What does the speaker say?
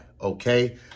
okay